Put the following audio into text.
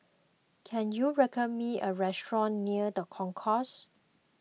can you recommend me a restaurant near the Concourse